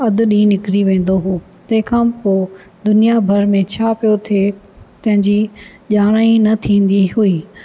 अधु ॾींहुं निकिरी वेंदो हो तंहिंखां पोइ दुनिया भर में छा पियो थिए तंहिंजी ॼाण ई न थींदी हुई